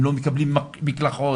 הם לא מקבלים מקלחות,